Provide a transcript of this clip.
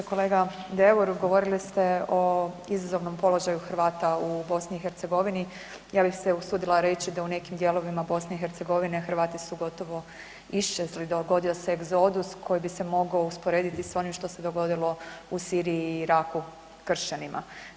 Kolega Deur govorili ste o izazovnom položaju Hrvata u BiH, ja bih se usudila reći da u nekim dijelovima BiH Hrvati su gotovo isčezli, dogodio se egzodus koji bi se mogao usporediti s onim što se dogodilo u Siriji i Iraku kršćanima.